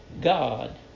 God